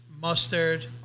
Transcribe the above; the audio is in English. Mustard